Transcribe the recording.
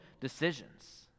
decisions